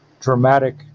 dramatic